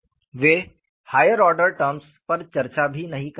वे higher order terms पर चर्चा भी नहीं करते हैं